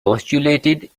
postulated